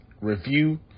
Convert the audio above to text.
review